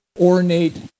ornate